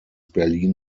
berlin